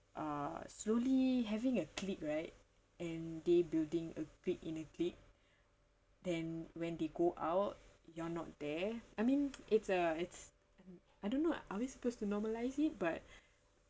uh slowly having a clique right and they building a clique in the clique then when they go out you are not there I mean it's uh it's and I don't know are we supposed to normalise it but